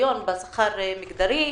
בשכר מגדרי,